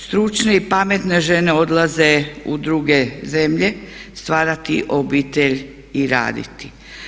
Stručne i pametne žene odlaze u druge zemlje stvarati obitelj i raditi.